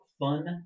fun